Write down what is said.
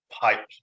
pipe